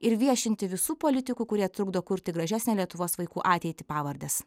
ir viešinti visų politikų kurie trukdo kurti gražesnę lietuvos vaikų ateitį pavardes